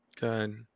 Good